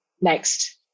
Next